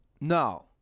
No